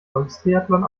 volkstriathlon